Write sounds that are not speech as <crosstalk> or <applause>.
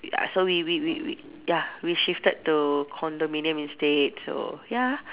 <noise> so we we we we ya we shifted to condominium instead so ya